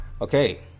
Okay